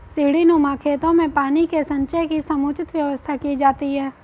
सीढ़ीनुमा खेतों में पानी के संचय की समुचित व्यवस्था की जाती है